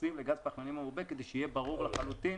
שמתייחסים לגז פחמימני מעובה כדי שיהיה ברור לחלוטין